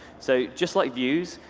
so just like views,